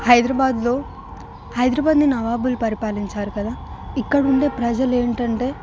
హైదరాబాద్లో హైదరాబాద్ని నవాబులు పరిపాలించారు కదా ఇక్కడ ఉండే ప్రజలు ఏంటంటే